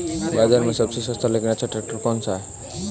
बाज़ार में सबसे सस्ता लेकिन अच्छा ट्रैक्टर कौनसा है?